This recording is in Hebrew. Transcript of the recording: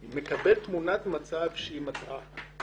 הדברים ומקבל תמונת מצב מטעה.